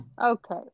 okay